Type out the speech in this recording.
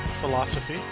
philosophy